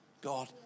God